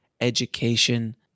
education